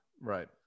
Right